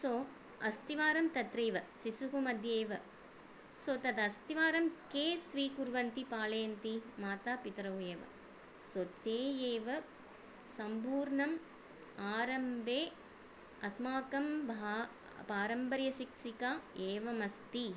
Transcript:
सो अस्तिवारं तत्रैव शिशुः मध्ये एव सो तदस्ति वारं के स्वीकुर्वन्ति पालयन्ति मातापितरौ एव सो ते एव सम्पूर्णम् आरम्भे अस्माकं भा पारम्पर्यशिक्षिका एवमस्ति